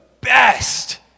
best